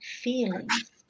feelings